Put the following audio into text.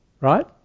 right